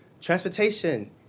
Transportation